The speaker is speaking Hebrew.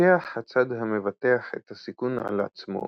לוקח הצד המבטח את הסיכון על עצמו